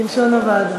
כלשון הוועדה.